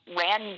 ran